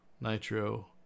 Nitro